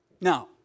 Now